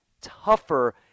tougher